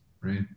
right